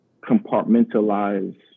compartmentalize